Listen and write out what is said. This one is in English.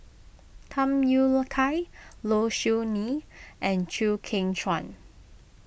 Tham Yui Kai Low Siew Nghee and Chew Kheng Chuan